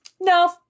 no